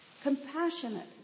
compassionate